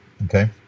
Okay